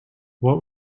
what